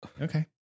Okay